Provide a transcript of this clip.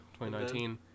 2019